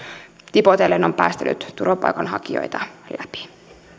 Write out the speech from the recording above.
tipotellen on päästänyt turvapaikanhakijoita läpi